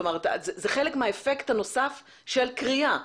כלומר זה חלק מהאפקט הנוסף של כרייה.